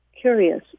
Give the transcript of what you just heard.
curious